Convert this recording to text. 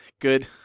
good